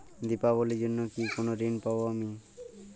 দীপাবলির জন্য কি কোনো ঋণ পাবো আমি?